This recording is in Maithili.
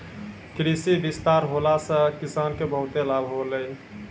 कृषि विस्तार होला से किसान के बहुते लाभ होलै